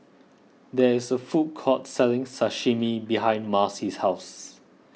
there is a food court selling Sashimi behind Marcy's house